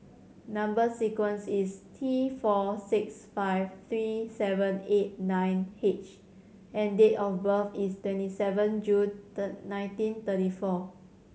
number sequence is T four six five three seven eight nine H and date of birth is twenty seven June the nineteen thirty four